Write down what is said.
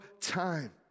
time